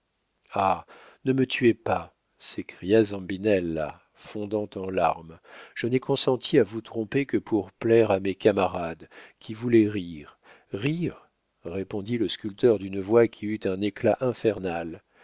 ah ne me tuez pas s'écria zambinella fondant en larmes je n'ai consenti à vous tromper que pour plaire à mes camarades qui voulaient rire rire répondit le sculpteur d'une voix qui eut un éclat infernal